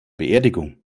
beerdigung